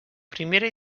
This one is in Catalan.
primera